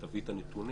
שתביא את הנתונים,